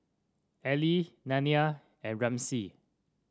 Allie Nelia and Ramsey